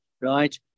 right